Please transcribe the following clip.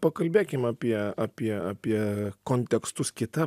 pakalbėkim apie apie apie kontekstus kita